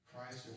Christ